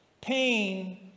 Pain